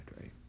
right